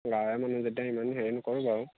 গাঁৱৰে মানুহ যেতিয়া ইমান হেৰি নকৰোঁ বাৰু